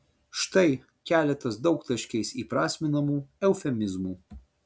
štai keletas daugtaškiais įprasminamų eufemizmų